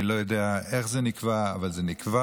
אני לא יודע איך זה נקבע, אבל זה נקבע.